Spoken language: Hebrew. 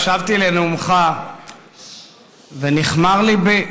הקשבתי לנאומך ונכמר ליבי.